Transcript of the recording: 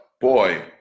boy